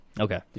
Okay